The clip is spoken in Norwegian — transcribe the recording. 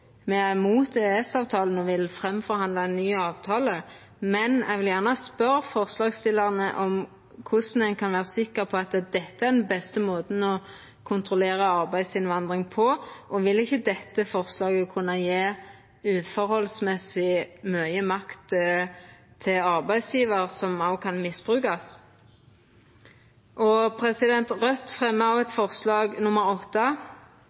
Me er imot EØS-avtalen og vil forhandla fram ein ny avtale, men eg vil gjerne spørja forslagsstillarane om korleis ein kan vera sikker på at dette er den beste måten å kontrollera arbeidsinnvandring på. Og vil ikkje dette forslaget kunna gje urimeleg mykje makt til arbeidsgjevar, som kan misbruka den? Raudt fremmar